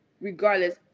Regardless